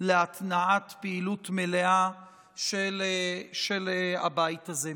להתנעת פעילות מלאה של הבית הזה.